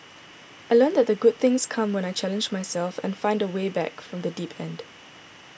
I learnt that good things come when I challenge myself and find my way back from the deep end